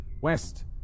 west